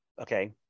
okay